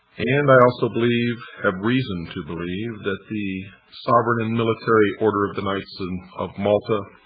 and i also believe, have reason to believe, that the sovereign and military order of the knights and of malta